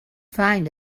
find